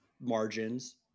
margins